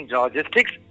logistics